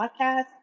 podcast